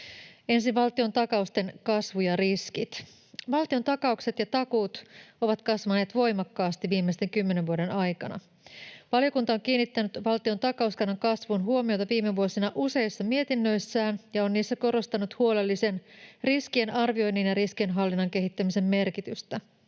Ensin valtiontakausten kasvu ja riskit. Valtiontakaukset ja -takuut ovat kasvaneet voimakkaasti viimeisten kymmenen vuoden aikana. Valiokunta on kiinnittänyt valtiontakauskannan kasvuun huomiota viime vuosina useissa mietinnöissään ja on niissä korostanut huolellisen riskien arvioinnin ja riskien hallinnan kehittämisen merkitystä.